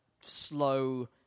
slow